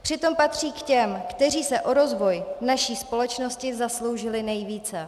Přitom patří k těm, kteří se o rozvoj naší společnosti zasloužily nejvíce.